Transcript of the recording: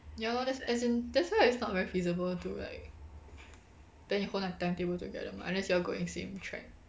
ya lor that's as in that's why it's not very feasible to like then you whole time timetable together mah unless you all going same track